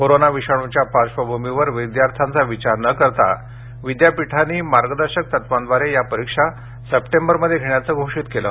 corona विषाणूच्या पार्श्वभूमीवर विद्यार्थ्यांचा विचार न करता विद्यापीठांनी मार्गदर्शक तत्वांद्वारे या परीक्षा सप्टेंबरमध्ये घेण्याचे घोषित केले